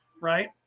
right